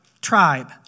tribe